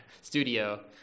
Studio